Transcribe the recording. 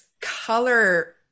color